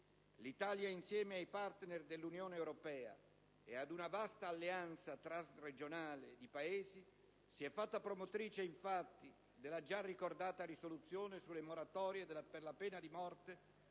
L'Italia, insieme ai partner dell'Unione europea e ad una vasta alleanza transregionale di Paesi, si è fatta promotrice, infatti, della già ricordata risoluzione sulla moratoria per la pena di morte